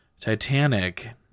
Titanic